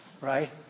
right